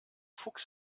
fuchs